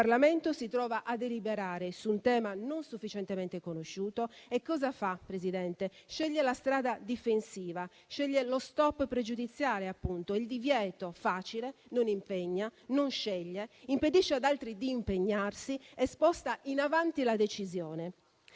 il Parlamento si trova a deliberare su un tema non sufficientemente conosciuto e cosa fa, Presidente? Sceglie la strada difensiva, sceglie lo *stop* pregiudiziale e il divieto facile, che non impegna, non sceglie, impedisce ad altri di impegnarsi e sposta in avanti la decisione.